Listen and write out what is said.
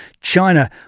China